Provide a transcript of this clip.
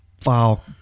file